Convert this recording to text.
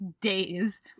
days